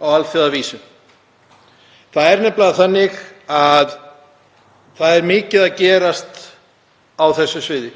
á alþjóðavísu. Það er nefnilega þannig að það er mikið að gerast á því sviði.